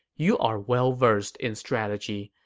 you are well-versed in strategy,